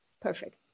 Perfect